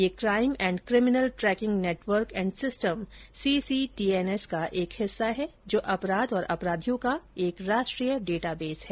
यह crime and criminal tracking network and system CCTNS का एक हिस्सा है जो अपराध और अपराधियों का एक राष्ट्रीय डेटाबेस है